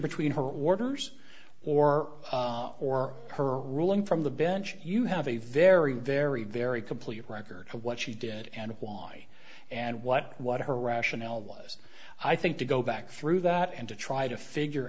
between her orders or or her ruling from the bench you have a very very very complete record of what she did and why and what what her rationale was i think to go back through that and to try to figure